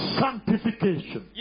sanctification